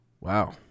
Wow